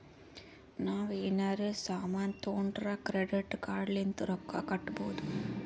ನಾವ್ ಎನಾರೇ ಸಾಮಾನ್ ತೊಂಡುರ್ ಕ್ರೆಡಿಟ್ ಕಾರ್ಡ್ ಲಿಂತ್ ರೊಕ್ಕಾ ಕಟ್ಟಬೋದ್